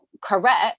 correct